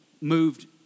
moved